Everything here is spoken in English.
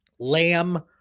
Lamb